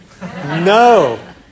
no